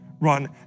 run